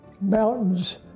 mountains